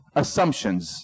assumptions